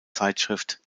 zeitschrift